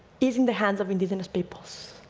is in the hands of indigenous peoples.